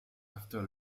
after